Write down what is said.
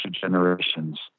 generations